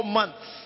months